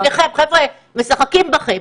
חבר'ה, משחקים בכם.